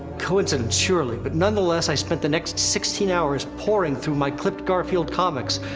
coincidence surely, but, nonetheless, i spent the next sixteen hours poring through my clipped garfield comics,